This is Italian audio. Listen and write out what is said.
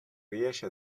riesce